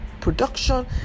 production